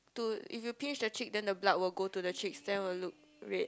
to if you pinch the cheek then blood will go to the cheeks then will look red